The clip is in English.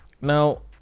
now